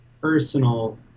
personal